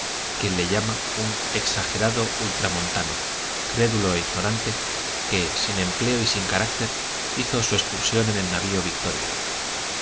quien le llama un exagerado ultramontano crédulo e ignorante que sin empleo y sin carácter hizo su excursión en el navio victoria